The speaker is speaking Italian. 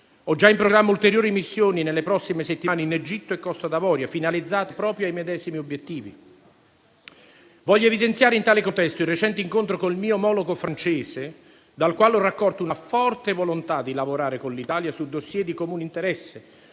Ho già in programma ulteriori missioni, nelle prossime settimane, in Egitto e Costa d'Avorio, finalizzate ai medesimi obiettivi. Voglio evidenziare, in tale contesto, il recente incontro con il mio omologo francese, dal quale ho raccolto una forte volontà di lavorare con l'Italia su *dossier* di comune interesse,